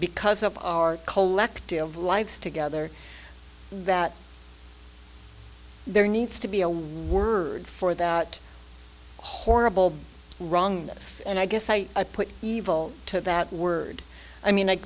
because of our collective lives together that there needs to be a word for that horrible wrong and i guess i put evil to that word i mean i